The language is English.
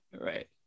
right